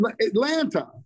Atlanta